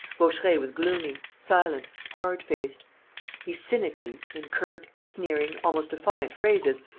vaucheray was gloomy, silent, hard-faced. he cynically, in curt, sneering almost defiant phrases,